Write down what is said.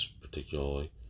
particularly